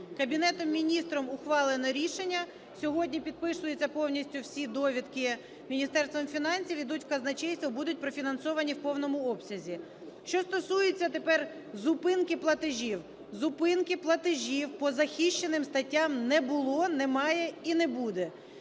Кабінетом Міністрів ухвалено рішення. Сьогодні підписуються повністю всі довідки Міністерством фінансів, йдуть в Казначейство і будуть профінансовані в повному обсязі. Що стосується тепер зупинки платежів. Зупинки платежів по захищеним статтям не було, немає і не буде.